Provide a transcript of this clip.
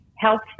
health